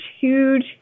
huge